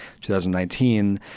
2019